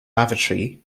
lavatory